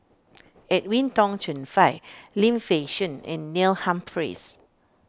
Edwin Tong Chun Fai Lim Fei Shen and Neil Humphreys